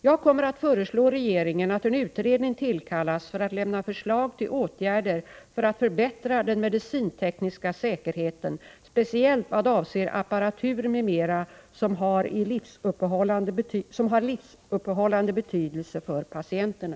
Jag kommer att föreslå regeringen att en utredning tillkallas för att lämna förslag till åtgärder för att förbättra den medicintekniska säkerheten — speciellt vad avser apparatur m.m. som har livsuppehållande betydelse för patienterna.